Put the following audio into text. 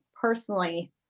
personally